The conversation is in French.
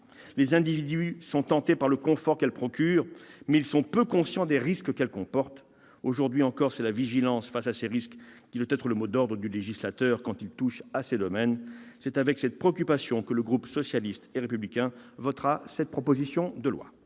Les individus sont tentés par le confort qu'elle procure, mais ils sont peu conscients des risques qu'elle comporte. » Aujourd'hui encore, c'est la vigilance face à ces risques qui doit être le mot d'ordre du législateur quand il touche à ces domaines. C'est avec cette préoccupation que le groupe socialiste et républicain votera en faveur de cette proposition de loi.